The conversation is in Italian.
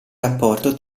rapporto